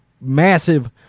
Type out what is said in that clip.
massive